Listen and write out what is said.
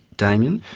damien.